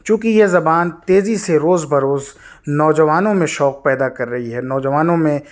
چونکہ یہ زبان تیزی سے روز بروز نوجوانوں میں شوق پیدا کر رہی ہے نوجوانوں میں